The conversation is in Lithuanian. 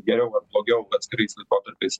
geriau ar blogiau atskirais laikotarpiais